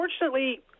unfortunately